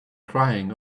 crying